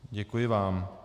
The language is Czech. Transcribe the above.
Děkuji vám.